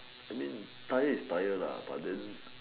I mean tired is tired but then